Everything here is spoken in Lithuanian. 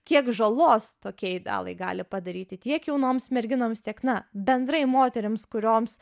kiek žalos tokie idealai gali padaryti tiek jaunoms merginoms tiek na bendrai moterims kurioms